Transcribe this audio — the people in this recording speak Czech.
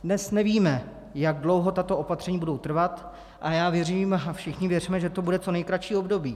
Dnes nevíme, jak dlouho tato opatření budou trvat, a já věřím a všichni věříme, že to bude co nejkratší období.